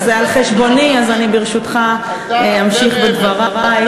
זה על חשבוני, אז אני, ברשותך, אמשיך בדברי.